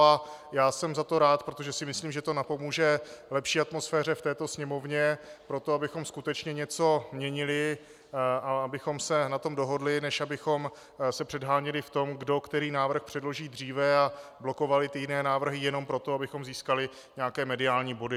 A já jsem za to rád, protože si myslím, že to napomůže lepší atmosféře v této sněmovně pro to, abychom skutečně něco měnili a abychom se na tom dohodli, než abychom se předháněli v tom, kdo který návrh předloží dříve, a blokovali jiné návrhy jenom proto, abychom získali nějaké mediální body.